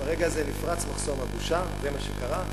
ברגע הזה נפרץ מחסום הבושה, וזה מה שקרה.